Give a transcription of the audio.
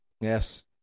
Yes